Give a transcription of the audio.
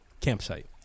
campsite